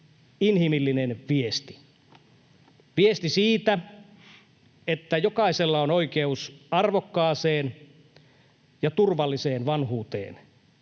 inhimillinen viesti, viesti siitä, että jokaisella on oikeus arvokkaaseen ja turvalliseen vanhuuteen